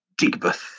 Digbeth